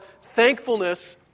thankfulness